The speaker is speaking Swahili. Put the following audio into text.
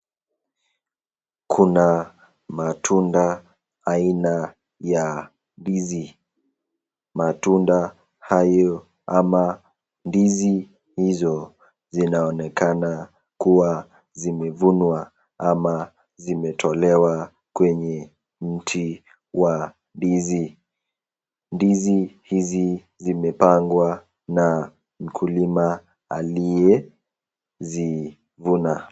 Kuna matunda aina ya ndizi. Matunda hayo ama ndizi hizo zinaonekana kuwa zimevunwa ama zimetolewa kwenye mti wa ndizi. Ndizi hizi zimepangwa na mkulima aliyezivuna.